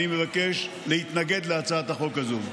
אני מבקש להתנגד להצעת החוק הזו.